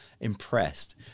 impressed